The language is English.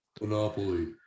Monopoly